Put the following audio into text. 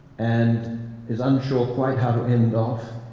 and is unsure quite how to end off.